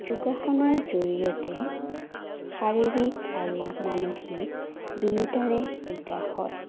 যোগাসনৰ জৰিয়তে শাৰীৰিক আৰু মানসিক দুয়োটাৰে বিকাশ হয়